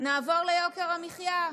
נעבור ליוקר המחיה,